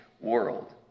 world